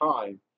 time